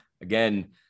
Again